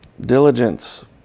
Diligence